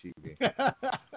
TV